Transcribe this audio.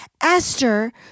Esther